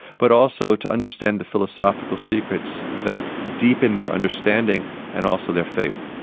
but also to understand the philosophical secrets that, deepen their understanding and also their faith.